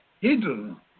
hidden